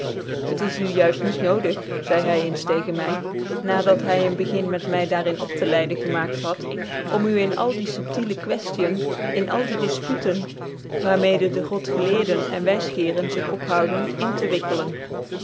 het is u juift niet nodig zeidc hy eens tcgci my na dat hy ecu begin met my daar in op tc leiden gemaakt had om u in al die fubtilc quefticn in al die difputcn waarmede dc godgeleerde cn wysgccrcn zig ophouden hl te wikkelen